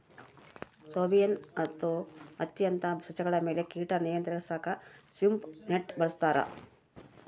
soybean ಮತ್ತು ಹತ್ತಿಯಂತ ಸಸ್ಯಗಳ ಮೇಲೆ ಕೀಟ ನಿಯಂತ್ರಿಸಾಕ ಸ್ವೀಪ್ ನೆಟ್ ಬಳಸ್ತಾರ